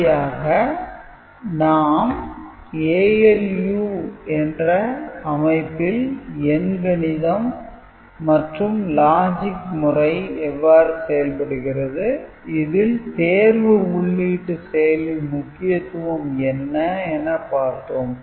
கடைசியாக நாம் ALU என்ற அமைப்பில் எண் கணிதம் மற்றும் லாஜிக் முறை எவ்வாறு செயல்படுகிறது இதில் தேர்வு உள்ளீட்டு செயலின் முக்கியத்துவம் என்ன என பார்த்தோம்